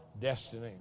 destiny